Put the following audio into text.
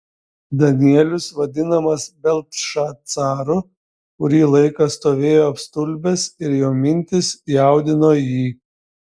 danielius vadinamas beltšacaru kurį laiką stovėjo apstulbęs ir jo mintys jaudino jį